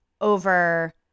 over